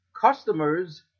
customers